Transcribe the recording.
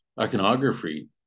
iconography